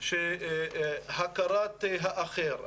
להכרת האחר,